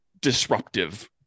disruptive